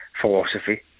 philosophy